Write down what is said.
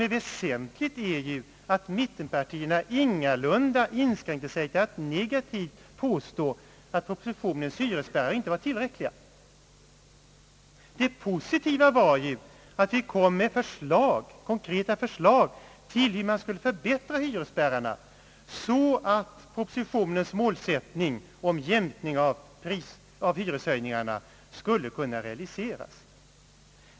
Det väsentliga är ju att mittenpartierna ingalunda inskränkte sig till att negativt påstå att propositionens hyresspärrar inte var tillräckliga. Det positiva var att vi lade fram konkreta förslag till hur man skulle förbättra hyresspärrarna, så att propositionens målsättning om jämkning av hyreshöjningarna skulle kunna realiseras.